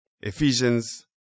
Ephesians